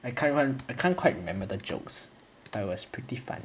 I can't even I can't quite remember the jokes but it was pretty funny